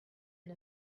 and